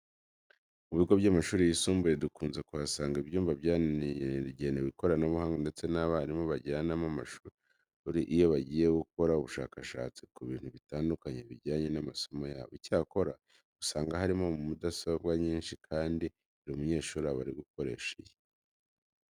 Mu bigo by'amashuri yisumbuye dukunze kuhasanga ibyumba byagenewe ikoranabuhanga ndetse abarimu bajyanamo abanyeshuri iyo bagiye gukora ubushakashatsi ku bintu bitandukanye bijyanye n'amasomo yabo. Icyakora, usanga harimo mudasobwa nyinshi kandi buri munyeshuri aba ari gukoresha iye.